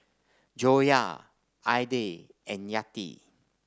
Joyah Aidil and Yati